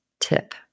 tip